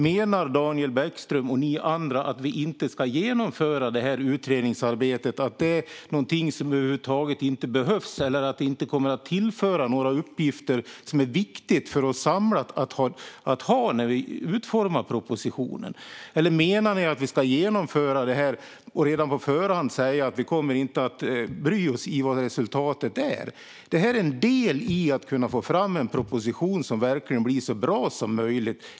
Menar Daniel Bäckström och ni andra att vi inte ska genomföra det utredningsarbetet - att det är någonting som över huvud taget inte behövs eller inte kommer att tillföra några uppgifter som är viktiga att ha när vi utformar propositionen? Eller menar ni att vi ska genomföra det men redan på förhand säga att vi inte kommer att bry oss om vilket resultatet blir? Detta är en del i att kunna få fram en proposition som verkligen blir så bra som möjligt.